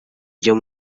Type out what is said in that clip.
byo